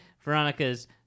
Veronica's